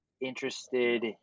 interested